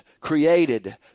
created